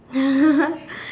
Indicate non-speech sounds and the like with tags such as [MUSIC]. [LAUGHS]